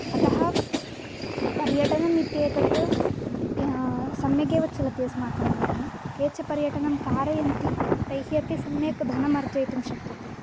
अतः पर्यटनम् इत्येतत् सम्यक् एव चलति अस्माकं ग्रामे ये च पर्यटनं कारयन्ति तैः अपि सम्यक् धनम् अर्जयितुं शक्यते